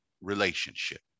relationship